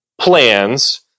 plans